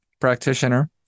practitioner